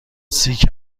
سیک